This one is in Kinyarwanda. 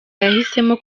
yahisemo